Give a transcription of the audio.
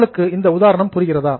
உங்களுக்கு இந்த உதாரணம் புரிகிறதா